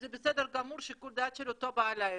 זה בסדר גמור, שיקול דעת של אותו בעל העסק,